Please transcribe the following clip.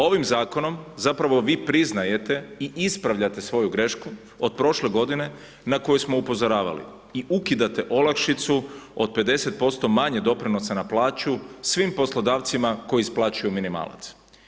Ovim zakonom zapravo vi priznajete i ispravljate svoju grešku od prošle godine na koju smo upozoravali i ukidate olakšicu od 50% manje doprinosa na plaću svim poslodavcima koji isplaćuju minimalac.